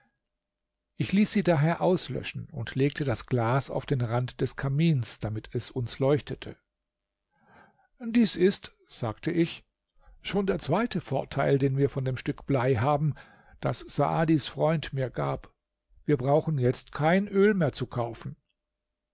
ich ließ sie daher auslöschen und legte das glas auf den rand des kamins damit es uns leuchtete dies ist sagte ich schon der zweite vorteil den wir von dem stück blei haben das saadis freund mir gab wir brauchen jetzt kein öl mehr zu kaufen